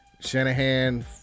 Shanahan